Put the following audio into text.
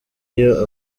iyo